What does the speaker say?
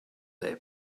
their